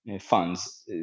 funds